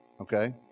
Okay